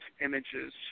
images